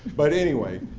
but anyway,